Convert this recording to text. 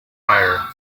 prior